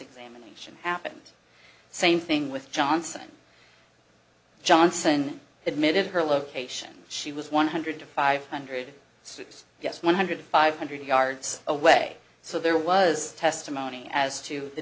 examination happened same thing with johnson johnson admitted her location she was one hundred to five hundred six yes one hundred five hundred yards away so there was testimony as to the